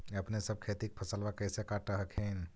अपने सब खेती के फसलबा कैसे काट हखिन?